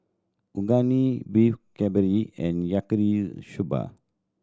Unagi Beef Galbi and Yaki soba